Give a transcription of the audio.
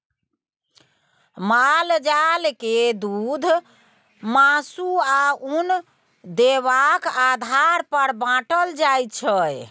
माल जाल के दुध, मासु, आ उन देबाक आधार पर बाँटल जाइ छै